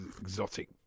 exotic